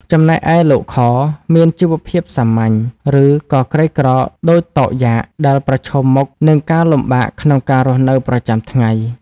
ចំណែកឯលោក ខ មានជីវភាពសាមញ្ញ ឬក៏ក្រីក្រដូចតោកយ៉ាក ដែលប្រឈមមុខនឹងការលំបាកក្នុងការរស់នៅប្រចាំថ្ងៃ។